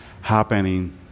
happening